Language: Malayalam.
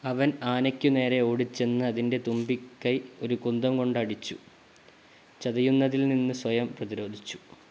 അവൻ ആനയ്ക്കുനേരെ ഓടിച്ചെന്ന് അതിൻറ്റെ തുമ്പിക്കൈ ഒരു കുന്തം കൊണ്ട് അടിച്ചു ചതയുന്നതിൽ നിന്ന് സ്വയം പ്രതിരോധിച്ചു